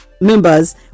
members